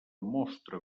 mostra